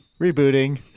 Rebooting